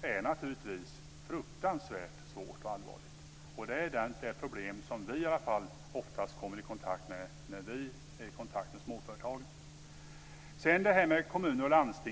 att hantera. Det är det problem som vi oftast har fått höra om när vi har varit i kontakt med småföretagen. Sedan var det kommuner och landsting.